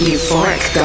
Euphoric